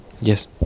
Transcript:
Yes